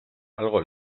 algo